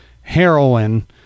heroin